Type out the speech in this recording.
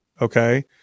Okay